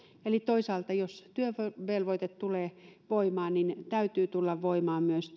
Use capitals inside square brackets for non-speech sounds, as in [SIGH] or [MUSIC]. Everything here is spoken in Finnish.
eli toisaalta jos työvelvoite tulee voimaan niin täytyy tulla voimaan myös [UNINTELLIGIBLE]